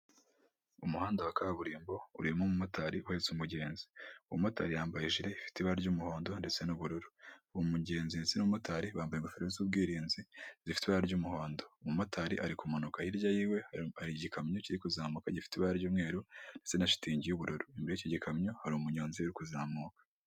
Umuhanda wa kaburimo urimo umumotari uhetse umugenzi, uwo mumotari yambaye ijire ifite ibara ry'umuhondo ndetse n'ubururu, uwo mugenzi ndetse n'umumotara bamabaye ingofero z'ubwirinzi zifite ibara ry'umuhondo, umumotari ari kumanuka, hirya y'iwe hari igikamyo kiri kuzamuka gifite ibara ry'umweru ndeste na shitingi y'ubururu, imbere y'icyo gikamyo hari umunyonzi uri kuzamuka.